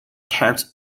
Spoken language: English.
kept